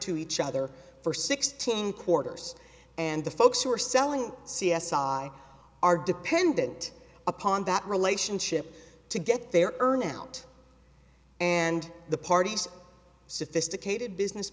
to each other for sixteen quarters and the folks who are selling c s i are dependent upon that relationship to get their earn out and the parties sophisticated business